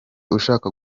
ushaka